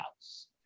house